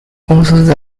公司